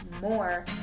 more